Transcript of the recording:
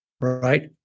right